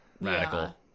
Radical